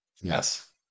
Yes